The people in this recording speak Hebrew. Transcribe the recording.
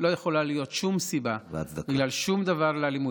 לא יכולה להיות שום סיבה, בגלל שום דבר, לאלימות.